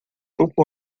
pouco